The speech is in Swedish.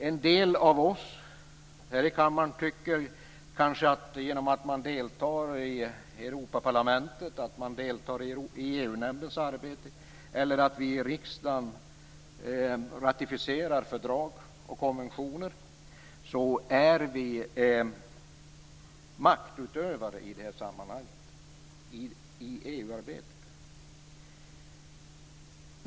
En del av oss här i kammaren tycker kanske att vi genom att delta i Europaparlamentet, genom att delta i EU-nämndens arbete eller genom att i riksdagen ratificera fördrag och konventioner är maktutövare i det här sammanhanget i EU-arbetet.